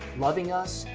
loving us,